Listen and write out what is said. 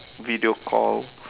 video call